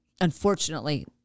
unfortunately